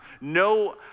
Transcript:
no